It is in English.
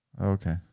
Okay